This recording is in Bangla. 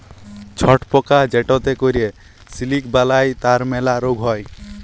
ছট পকা যেটতে ক্যরে সিলিক বালাই তার ম্যালা রগ হ্যয়